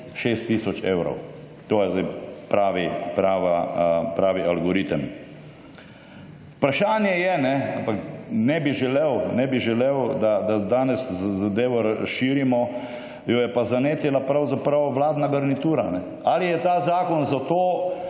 6 tisoč evrov. To je sedaj pravi algoritem. Vprašanje je, ampak ne bi želel, da danes zadevo razširimo jo je pa zanetila pravzaprav vladna garnitura. Ali je ta zakon, zato